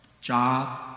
Job